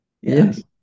Yes